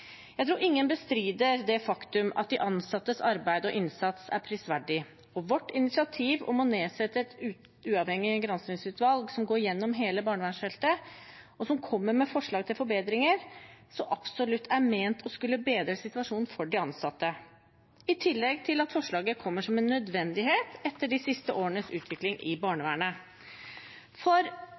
Jeg tror ingen bestrider det faktum at de ansattes arbeid og innsats er prisverdig, og vårt initiativ om å nedsette et uavhengig granskingsutvalg som går igjennom hele barnevernsfeltet, og som kommer med forslag til forbedringer, er så absolutt ment å skulle bedre situasjonen for de ansatte, i tillegg til at forslaget kommer som en nødvendighet etter de siste årenes utvikling i barnevernet. For